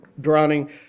drowning